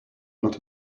not